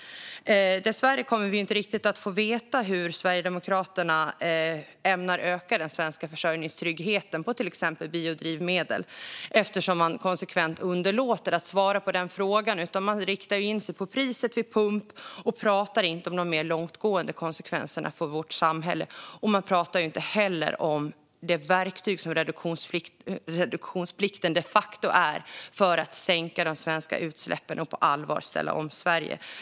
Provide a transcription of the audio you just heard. Dessvärre kommer vi inte riktigt att få veta hur Sverigedemokraterna ämnar öka den svenska försörjningstryggheten när det gäller till exempel biodrivmedel, eftersom man konsekvent underlåter att svara på frågan. Man riktar in sig på priset vid pump och pratar inte om de mer långtgående konsekvenserna för vårt samhälle. Man pratar inte heller om det verktyg som reduktionsplikten de facto är för att sänka de svenska utsläppen och på allvar ställa om Sverige.